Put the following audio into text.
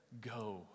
go